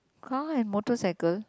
car and motorcycle